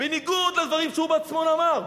בניגוד לדברים שהוא בעצמו אמר,